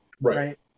Right